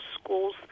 schools